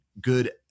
good